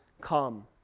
come